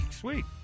sweet